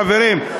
חברים,